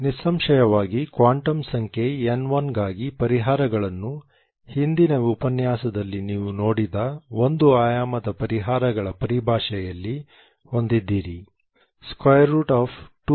ನಿಸ್ಸಂಶಯವಾಗಿ ಕ್ವಾಂಟಮ್ ಸಂಖ್ಯೆ n1 ಗಾಗಿ ಪರಿಹಾರಗಳನ್ನು ಹಿಂದಿನ ಉಪನ್ಯಾಸದಲ್ಲಿ ನೀವು ನೋಡಿದ ಒಂದು ಆಯಾಮದ ಪರಿಹಾರಗಳ ಪರಿಭಾಷೆಯಲ್ಲಿ ಹೊಂದಿದ್ದೀರಿ 2LsinnπxL